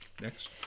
Next